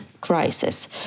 crisis